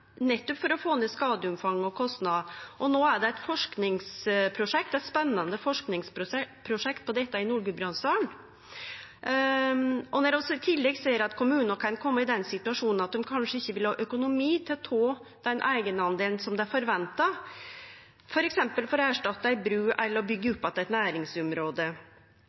nettopp for å få ned skadeomfanget og kostnadene, og no er det eit spennande forskingsprosjekt om dette i Nord-Gudbrandsdalen. Når vi i tillegg ser at kommunar kan kome i den situasjonen at ein kanskje ikkje vil ha økonomi til å ta den eigendelen ein forventar – f.eks. for å erstatte ei bru eller byggje opp att eit næringsområde